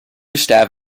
staff